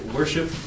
Worship